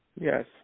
Yes